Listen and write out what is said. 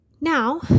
Now